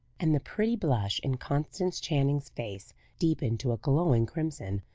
and the pretty blush in constance channing's face deepened to a glowing crimson.